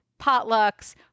potlucks